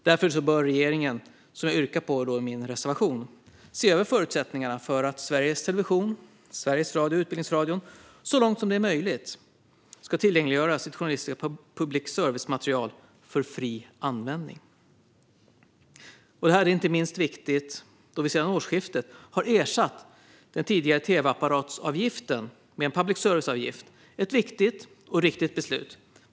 Därför bör regeringen, som jag yrkar på i min reservation, se över förutsättningarna för Sveriges Television, Sveriges Radio och Utbildningsradion att, så långt som det är möjligt, tillgängliggöra sitt journalistiska public service-material för fri användning. Detta är inte minst viktigt då vi sedan årsskiftet har ersatt den tidigare tv-apparatsavgiften med en public service-avgift. Det är ett viktigt och riktigt beslut.